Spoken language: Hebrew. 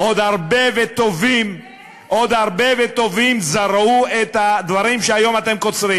עוד הרבה וטובים זרעו את הדברים שהיום אתם קוצרים.